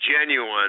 genuine